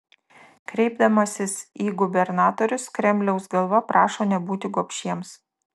kreipdamasis į gubernatorius kremliaus galva prašo nebūti gobšiems